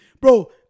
bro